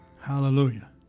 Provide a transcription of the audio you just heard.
Hallelujah